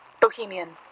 bohemian